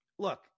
Look